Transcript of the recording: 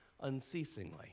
unceasingly